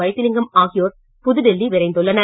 வைத்திலிங்கம் ஆகியோர் புதுடெல்லி விரைந்துள்ளனர்